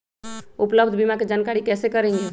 उपलब्ध बीमा के जानकारी कैसे करेगे?